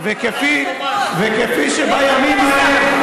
וכפי שבימים ההם